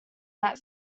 that